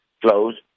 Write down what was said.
closed